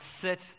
sit